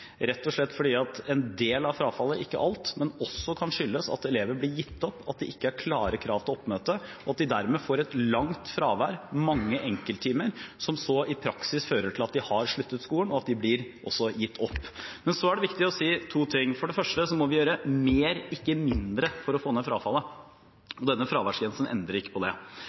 rett og slett fordi en del av frafallet, ikke alt, også kan skyldes at elever blir gitt opp – at det ikke er klare krav til oppmøte, og at de dermed får et langt fravær, mange enkelttimer, som så i praksis fører til at de har sluttet skolen, og at de også blir gitt opp. Men så er det viktig å si to ting: For det første må vi gjøre mer, ikke mindre, for å få ned frafallet. Denne fraværsgrensen endrer ikke på det.